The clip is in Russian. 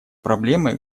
проблемы